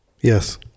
Yes